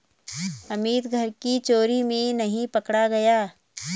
अमित कर की चोरी में नहीं पकड़ा गया